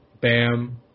Bam